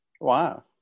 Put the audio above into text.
Wow